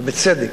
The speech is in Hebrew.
ובצדק,